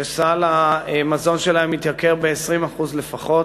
שסל המזון שלהן יתייקר ב-20% לפחות.